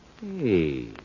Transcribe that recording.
Hey